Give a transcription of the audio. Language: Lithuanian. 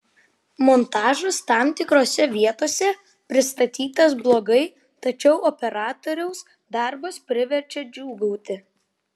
montažas tam tikrose vietose pristatytas blogai tačiau operatoriaus darbas priverčia džiūgauti